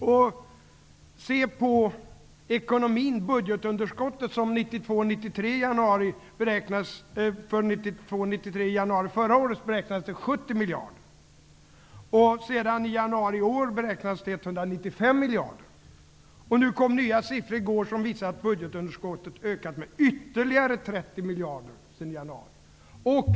Och se på ekonomin: I januari 1992 miljarder; i går kom siffror som visar att budgetunderskottet ökat med ytterligare 30 miljarder.